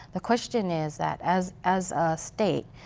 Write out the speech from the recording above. the question is that as as a state,